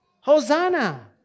hosanna